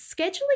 scheduling